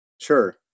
Sure